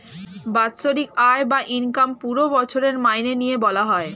বাৎসরিক আয় বা ইনকাম পুরো বছরের মাইনে নিয়ে বলা হয়